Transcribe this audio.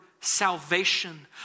salvation